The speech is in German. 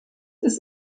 ist